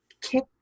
kick